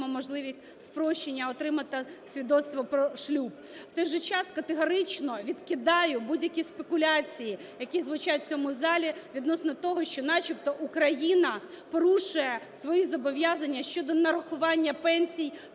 можливість спрощення отримати свідоцтво про шлюб. В той час категорично відкидаю будь-які спекуляції, які звучать в цьому залі, відносно того, що начебто Україна порушує свої зобов'язання щодо нарахування пенсій